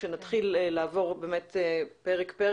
שנתחיל לעבור פרק-פרק,